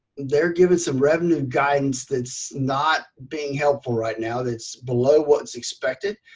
they're giving some revenue guidance that's not being helpful right now, that's below what's expected.